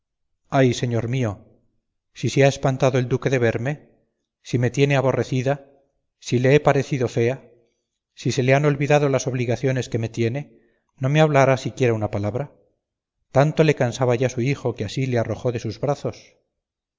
ay señor mío si se ha espantado el duque de verme si me tiene aborrecida si le he parecido fea si se le han olvidado las obligaciones que me tiene no me hablará siquiera una palabra tanto le cansaba ya su hijo que así le arrojó de sus brazos